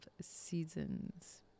seasons